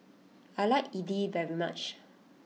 I like Idly very much